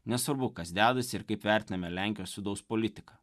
nesvarbu kas dedasi ir kaip vertiname lenkijos vidaus politiką